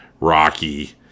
rocky